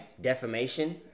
defamation